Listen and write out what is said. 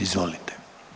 Izvolite.